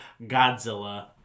Godzilla